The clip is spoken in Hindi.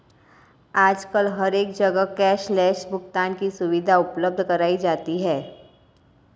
आजकल हर एक जगह कैश लैस भुगतान की सुविधा उपलब्ध कराई जाती है